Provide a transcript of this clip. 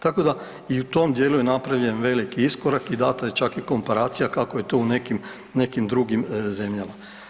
Tako da i u tom dijelu je napravljen veliki iskorak i dana je čak i komparacija kako je to u nekim, nekim drugim zemljama.